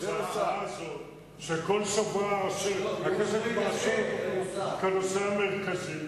ההצעה הזאת, שכל שבוע, כנושא המרכזי,